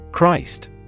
Christ